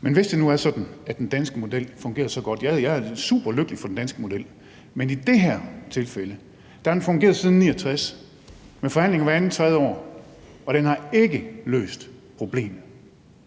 Men hvis det nu er sådan, at den danske model fungerer så godt – og jeg er superlykkelig for den danske model – vil jeg sige, at i det her tilfælde har den fungeret siden 1969 med forhandlinger hvert andet-tredje år, og den har ikke løst problemet.